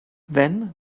then